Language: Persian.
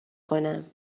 کنم